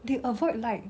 they avoid light